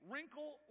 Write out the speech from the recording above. Wrinkle